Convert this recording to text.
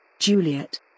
Juliet